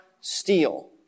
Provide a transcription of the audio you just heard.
steal